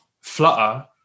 flutter